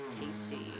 Tasty